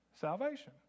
salvation